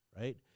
right